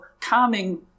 calming